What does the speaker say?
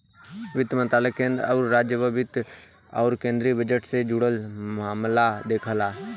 वित्त मंत्रालय केंद्र आउर राज्य क वित्त आउर केंद्रीय बजट से जुड़ल मामला देखला